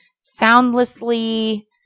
soundlessly